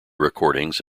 recordings